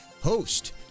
host